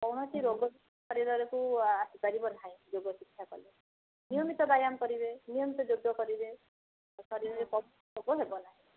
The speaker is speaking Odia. କୌଣସି ରୋଗ ଶରୀରକୁ ଆସିପରିବ ନାହିଁ ଯୋଗ ଶିକ୍ଷା କଲେ ନିୟମିତ ବ୍ୟାୟାମ୍ କରିବେ ନିୟମିତ ଯୋଗ କରିବେ ଶରୀରରେ କୌଣସି ରୋଗ ହେବ ନାହିଁ